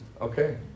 Okay